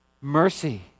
mercy